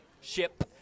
Ship